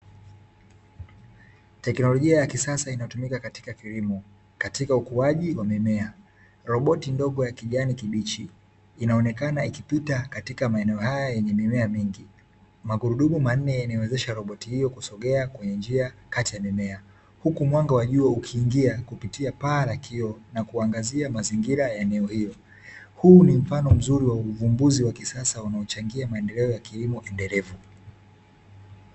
Techknolojia ya kisasa inayotumika katika kilimo katika ukuaji wa mimea. Roboti ndogo ya kijani kibichi inaonekana ikipita katika maeneo haya yenye mimea mingi, magurudumu manne yanayoiwezesha roboti hiyo kusogea kwenye njia kati ya mimea huku mwanga wa jua ukiingia kupitia paa la kioo na kuangazia mazingira ya eneo hilo. Huu ni mfano mzuri wa uvumbuzi wa kisasa unaochangia maendeleo ya kilimo endelevu.